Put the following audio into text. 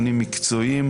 מקצועיים,